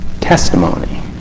testimony